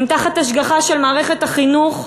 הם תחת השגחה של מערכת החינוך,